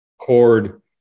cord